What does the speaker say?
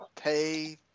pay